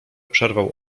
przerwał